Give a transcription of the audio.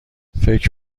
فکر